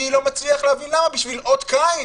אני לא מצליח להבין למה, בשביל אות קין?